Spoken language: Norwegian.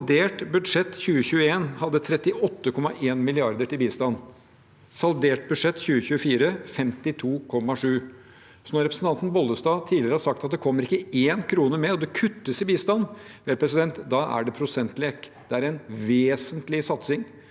Saldert budsjett 2021 hadde 38,1 mrd. kr til bistand. Saldert budsjett for 2024 har 52,7 mrd. kr. Når representanten Bollestad tidligere har sagt at det ikke kommer én krone mer, og at det kuttes i bistand, da er det prosentlek. Det er en vesentlig satsing,